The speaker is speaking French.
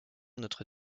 notre